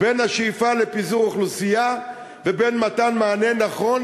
בין השאיפה לפיזור אוכלוסייה ובין מתן מענה נכון